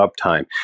uptime